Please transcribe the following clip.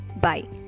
bye